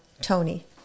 Tony